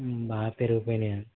బాగా పెరిగిపోయినీయండి